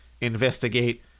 investigate